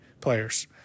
players